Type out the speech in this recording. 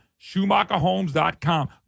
Schumacherhomes.com